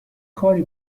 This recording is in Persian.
کاری